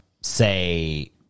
say